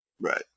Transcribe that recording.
Right